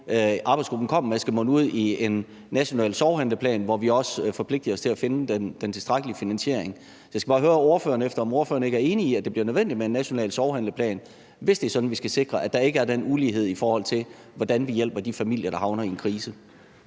arbejdsgruppen kommer med, skal munde ud i en national sorghandleplan, hvor vi også forpligtiger os til at finde den tilstrækkelige finansiering. Jeg skal bare høre ordføreren, om hun ikke er enig i, at det bliver nødvendigt med en national sorghandleplan, hvis vi skal sikre, at der ikke er den ulighed, i forhold til hvordan vi hjælper de familier, der havner i en krise.